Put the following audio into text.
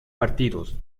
partidos